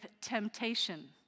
temptation